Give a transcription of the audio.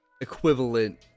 equivalent